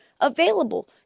available